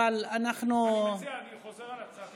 אני חוזר על הצעתי לקיים